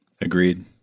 Agreed